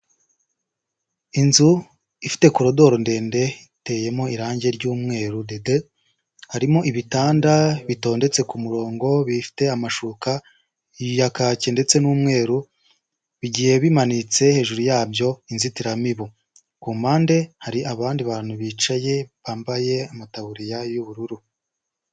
Inzu ifite koridoro ndende iteyemo irangi ry'umweru dede harimo ibitanda bitondetse ku murongo, bifite amashuka ya kake ndetse n'umweru bigiye bimanitse hejuru yabyo inzitiramibu, ku mpande hari abandi bantu bicaye bambaye amataburiya y'ubururu.